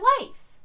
life